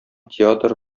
театр